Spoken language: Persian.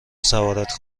سوارت